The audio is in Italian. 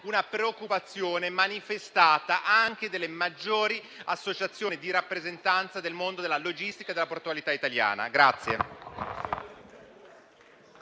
una preoccupazione manifestata anche dalle maggiori associazioni di rappresentanza del mondo della logistica e della portualità italiana.